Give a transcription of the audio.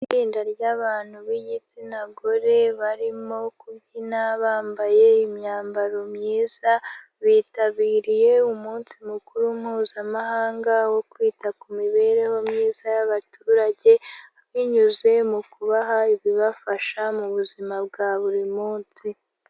Itsinda ryabantu b'igitsina gore barimo kubyina bambaye imyambaro myiza, bitabiriye umunsi mukuru mpuzamahanga wo kwita ku mibereho myiza y'abaturage binyuze mu kubaha ibibafasha mu buzima bwa buri munsi.